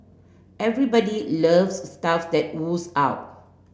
everybody loves stuff that oozes out